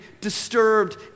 disturbed